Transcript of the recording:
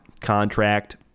contract